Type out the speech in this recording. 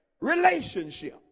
relationship